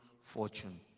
fortune